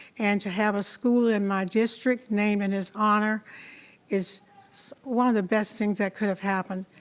and to have a school in my district named in his honor is one of the best things that could have happened.